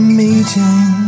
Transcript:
meeting